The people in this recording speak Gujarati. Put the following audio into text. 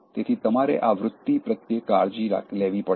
તેથી તમારે આ વૃત્તિ પ્રત્યે કાળજી લેવી પડે